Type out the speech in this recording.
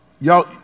Y'all